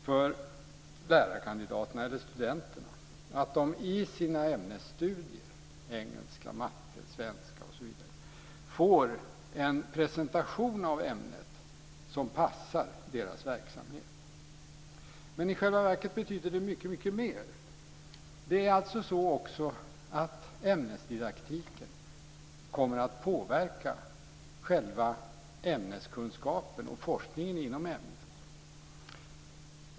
För lärarkandidaterna eller studenterna betyder det att de i sina ämnesstudier - engelska, svenska, matte osv. - får en presentation av ämnet som passar deras verksamhet. Men i själva verket betyder det mycket mer. Ämnesdidaktiken kommer att påverka ämneskunskapen och forskningen inom ämnet.